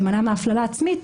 להימנע מהפללה עצמית,